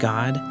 God